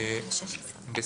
כן, טוב.